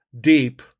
deep